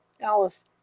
Alice